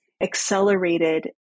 accelerated